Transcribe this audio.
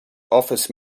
office